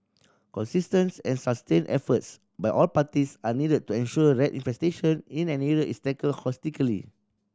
consistent and sustained efforts by all parties are needed to ensure rat infestation in an area is tackled holistically